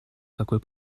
какой